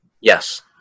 Yes